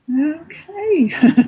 Okay